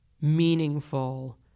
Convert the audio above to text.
meaningful